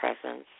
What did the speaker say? presence